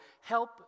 help